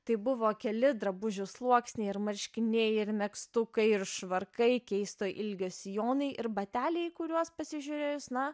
tai buvo keli drabužių sluoksniai ir marškiniai ir megztukai ir švarkai keisto ilgio sijonai ir bateliai į kuriuos pasižiūrėjus na